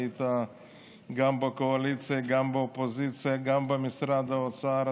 היית גם בקואליציה וגם באופוזיציה וגם במשרד האוצר,